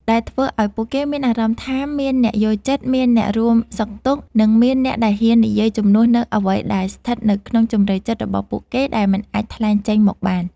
ដែលធ្វើឱ្យពួកគេមានអារម្មណ៍ថាមានអ្នកយល់ចិត្ត មានអ្នករួមសុខទុក្ខ និងមានអ្នកដែលហ៊ាននិយាយជំនួសនូវអ្វីដែលស្ថិតនៅក្នុងជម្រៅចិត្តរបស់ពួកគេដែលមិនអាចថ្លែងចេញមកបាន។